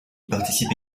participe